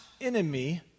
enemy